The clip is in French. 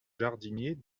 jardinier